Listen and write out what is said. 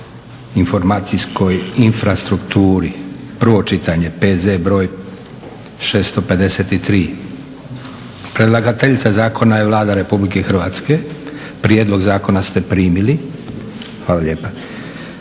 informacijskoj infrastrukturi, prvo čitanje, P.Z.br.653. Predlagateljica zakona je Vlada Republike Hrvatske. Prijedlog zakona ste primili. Hvala lijepa.